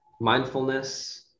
mindfulness